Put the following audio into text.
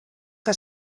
que